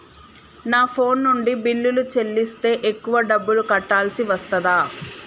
నా ఫోన్ నుండి బిల్లులు చెల్లిస్తే ఎక్కువ డబ్బులు కట్టాల్సి వస్తదా?